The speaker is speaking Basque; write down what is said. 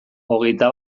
hogeita